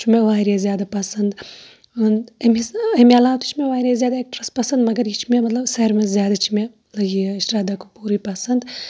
چھُ مےٚ واریاہ زیادٕ پَسنٛد أمِس آ اَمہِ علاوٕ تہِ چھِ مےٚ واریاہ زیادٕ ایٚکٹریس پَسنٛد مَگر یہِ چھِ مےٚ مطلب ساروٕے منٛز زیادٕ چھِ مےٚ یہِ شردھا کٔپوٗرٕے پَسنٛد